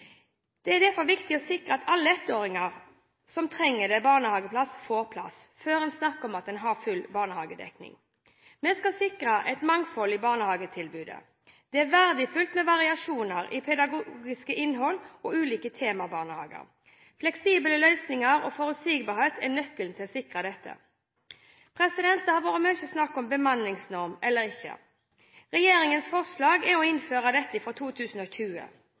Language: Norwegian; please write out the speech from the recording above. ettåringer som trenger barnehageplass, får plass, før en snakker om at en har full barnehagedekning. Vi skal sikre et mangfold i barnehagetilbudet. Det er verdifullt med variasjon i pedagogisk innhold og ulike temabarnehager. Fleksible løsninger og forutsigbarhet er nøkkelen til å sikre dette. Det har vært mye snakk om bemanningsnorm eller ikke. Regjeringens forslag er å innføre dette fra 2020.